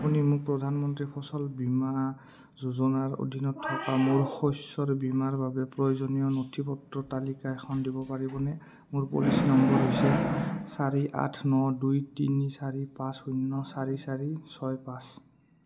আপুনি মোক প্ৰধানমন্ত্ৰী ফচল বীমা যোজনাৰ অধীনত থকা মোৰ শস্যৰ বীমাৰ বাবে প্ৰয়োজনীয় নথিপত্ৰৰ তালিকা এখন দিব পাৰিবনে মোৰ পলিচী নম্বৰ হৈছে চাৰি আঠ ন দুই তিনি চাৰি পাঁচ শূন্য চাৰি চাৰি ছয় পাঁচ